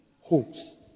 homes